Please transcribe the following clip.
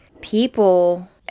people